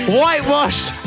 whitewashed